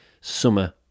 summer